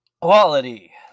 Quality